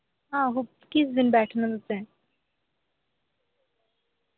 आहो किस दिन बैठना तुसैं